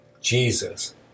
Jesus